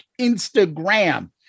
instagram